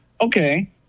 Okay